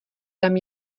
tam